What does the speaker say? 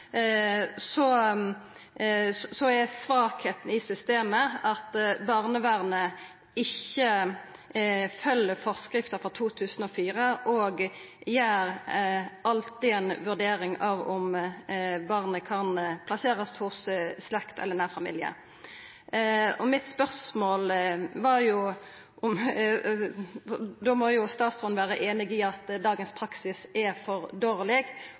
i systemet er at barnevernet ikkje følgjer føresegnene frå 2004 og alltid gjer ei vurdering av om barnet kan plasserast hos slekt eller nær familie. Då må jo statsråden vera einig i at dagens praksis er for dårleg,